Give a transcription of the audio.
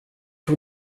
tog